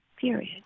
Period